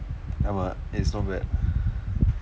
ஆமாம்:aamaam it's not bad